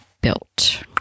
built